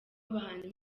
abahanzi